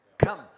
come